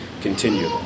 continue